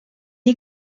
est